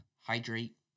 hydrate